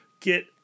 get